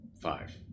Five